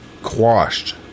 quashed